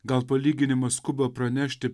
gal palyginimas skuba pranešti